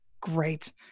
Great